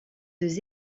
deux